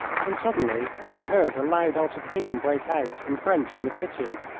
when suddenly i heard a loud altercation break out in french in the kitchen.